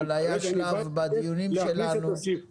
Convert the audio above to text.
לא, אבל היה שלב בדיונים שלנו, שמעון,